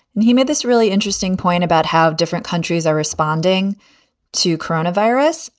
and he made this really interesting point about how different countries are responding to corona virus.